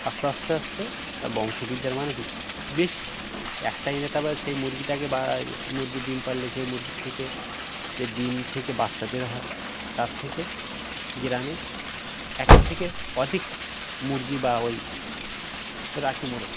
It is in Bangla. আস্তে আস্তে আস্তে তার বংশ বৃদ্ধি এর মানে কী বেশি একটাই এনে তারপর সেই মুরগিটাকে বা মুরগি ডিম পারলে সেই মুরগির থেকে যে ডিম থেকে বাচ্চা বের হয় তার থেকে গ্রামে একের থেকে অধিক মুরগি বা ওই রাঁচি মোরগ